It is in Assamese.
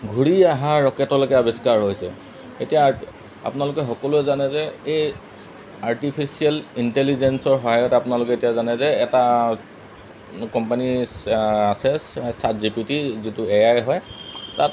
ঘূৰি অহা ৰকেটলৈকে আৱিষ্কাৰ হৈছে এতিয়া আপোনালোকে সকলোৱে জানে যে এই আৰ্টিফিচিয়েল ইণ্টেলিজেঞ্চৰ সহায়ত আপোনালোকে এতিয়া জানে যে এটা কোম্পানী আছে ছাট জি পি টি যিটো এ আই হয় তাত